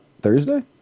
Thursday